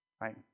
right